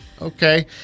Okay